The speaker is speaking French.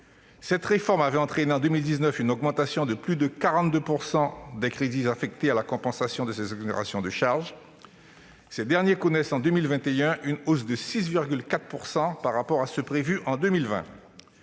Cette réforme avait entraîné, en 2019, une augmentation de plus de 42 % des crédits affectés à la compensation de ces exonérations de charges. Ces derniers connaissent, en 2021, une hausse de 6,4 % par rapport à ceux qui